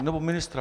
Nebo ministra.